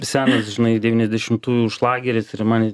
senas žinai devyniasdešimtųjų šlageris ir man